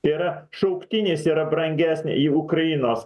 tai yra šauktinis yra brangesnė į ukrainos